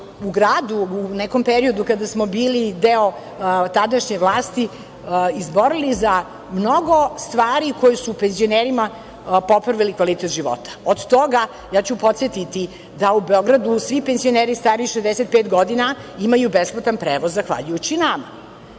u gradu u nekom periodu kada smo bili deo tadašnje vlasti izborili za mnogo stvari koje su penzionerima popunile kvalitet života, od toga, ja ću podsetiti da u Beogradu svi penzioneri stariji od 65 godina imaju besplatan prevoz zahvaljujući nama.